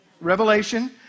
Revelation